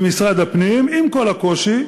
במשרד הפנים, עם כל הקושי,